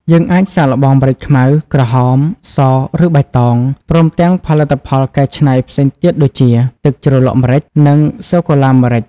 យើងអាចសាកល្បងម្រេចខ្មៅ ក្រហម ស ឬបៃតង ព្រមទាំងផលិតផលកែច្នៃផ្សេងទៀតដូចជា ទឹកជ្រលក់ម្រេច និង សូកូឡាម្រេច ។